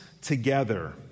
together